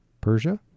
Persia